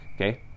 Okay